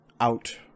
out